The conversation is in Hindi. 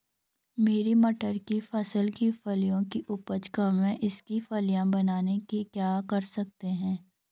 मेरी मटर की फसल की फलियों की उपज कम है इसके फलियां बनने के लिए क्या कर सकते हैं?